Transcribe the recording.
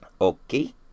Okay